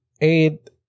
eight